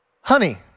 honey